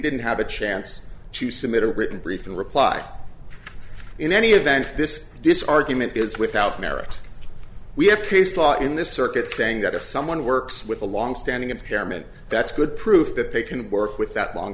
didn't have a chance to submit a written brief in reply in any event this this argument is without merit we have case law in this circuit saying that if someone works with a longstanding impairment that's good proof that they can work with that long